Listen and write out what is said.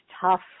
tough